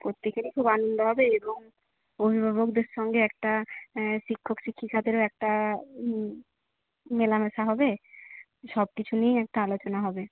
প্রত্যেকেরই খুব আনন্দ হবে এবং অভিভাবকদের সঙ্গে একটা শিক্ষক শিক্ষিকাদেরও একটা মেলামেশা হবে সব কিছু নিয়ে একটা আলোচনা হবে